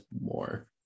more